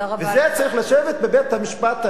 וזה צריך לשבת בבית-המשפט העליון.